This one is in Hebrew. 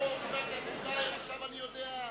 עכשיו אני יודע.